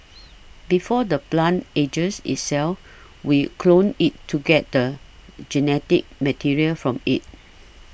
before the plant ages itself we clone it to get the genetic material from it